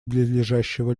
близлежащего